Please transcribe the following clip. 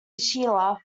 sheila